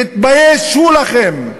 תתביישו לכם.